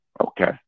Okay